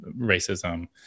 racism